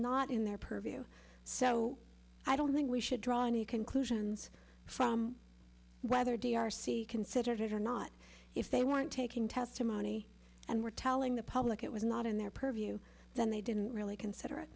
not in their purview so i don't think we should draw any conclusions from whether d r c considered it or not if they weren't taking testimony and were telling the public it was not in their purview then they didn't really consider it